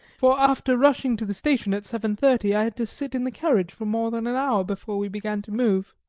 for after rushing to the station at seven thirty i had to sit in the carriage for more than an hour before we began to move.